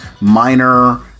minor